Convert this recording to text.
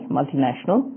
multinational